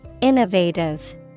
Innovative